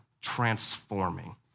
transforming